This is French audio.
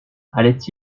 allait